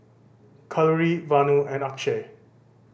Kalluri Vanu and Akshay